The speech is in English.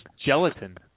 gelatin